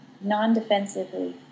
non-defensively